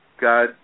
God